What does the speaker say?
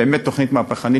באמת תוכנית מהפכנית,